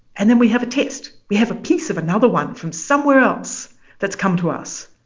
and then we have a test. we have a piece of another one from somewhere else that's come to us.